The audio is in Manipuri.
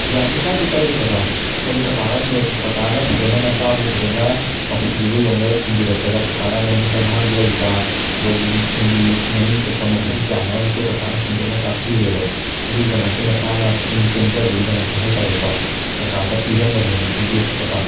ꯌꯥꯅꯤ ꯀꯥꯏꯗꯦ ꯀꯥꯏꯗꯦ ꯀꯀꯥ ꯍꯥꯏꯗꯤ ꯀꯀꯥꯒ ꯂꯣꯏ ꯀꯀꯥꯅ ꯐꯖꯅ ꯅꯆꯥꯕꯨ ꯐꯖꯅ ꯃꯐꯝꯁꯤꯕꯨ ꯌꯧꯅꯕ ꯊꯤꯟꯕꯤꯔꯛꯄꯗ ꯀꯀꯥꯅ ꯂꯝꯕꯤ ꯂꯝꯍꯥꯡꯗ ꯂꯩꯕ ꯑꯩꯈꯣꯏꯒꯤ ꯂꯤ ꯃꯃꯤꯡ ꯆꯠꯄ ꯃꯐꯝ ꯀ꯭ꯌꯥꯃꯔꯨꯝꯁꯨ ꯀꯀꯥꯅ ꯁꯟꯗꯣꯛꯅ ꯇꯥꯛꯄꯤꯔꯦꯕ ꯑꯗꯨꯒꯤꯗꯃꯛꯇ ꯅꯆꯥꯅ ꯄꯨꯛꯅꯤꯡ ꯄꯦꯟꯖꯕꯒꯤꯗꯃꯛꯇ ꯍꯥꯏꯇꯥꯔꯦꯀꯣ ꯀꯀꯥꯗ ꯄꯤꯔꯝꯕꯅꯦꯅ ꯈꯟꯕꯤꯌꯨꯀꯣ ꯀꯀꯥ